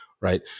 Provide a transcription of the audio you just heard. right